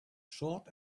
short